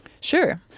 Sure